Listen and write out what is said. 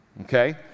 okay